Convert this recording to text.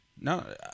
No